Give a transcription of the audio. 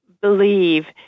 believe